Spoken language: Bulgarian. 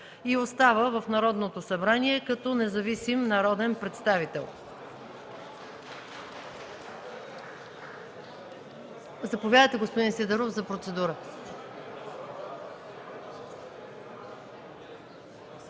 и остава в Народното събрание като независим народен представител.